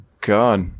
God